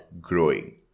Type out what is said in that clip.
growing